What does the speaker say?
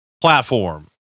platform